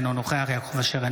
אינו נוכח יעקב אשר,